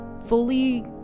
fully